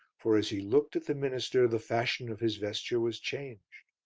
for as he looked at the minister the fashion of his vesture was changed.